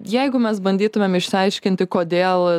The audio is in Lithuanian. jeigu mes bandytumėm išsiaiškinti kodėl